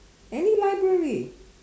any library